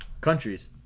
countries